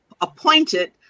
appointed